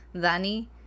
Danny